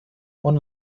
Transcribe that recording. اون